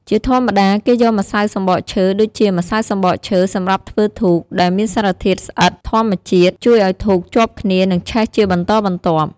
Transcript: ជាធម្មតាគេយកម្សៅសំបកឈើ ដូចជា ម្សៅសំបកឈើ សម្រាប់ធ្វើធូប ដែលមានសារធាតុស្អិតធម្មជាតិ ជួយឱ្យធូបជាប់គ្នា និងឆេះជាបន្តបន្ទាប់។